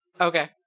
Okay